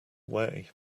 way